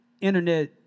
internet